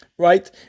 Right